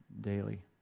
daily